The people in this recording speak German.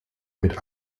mit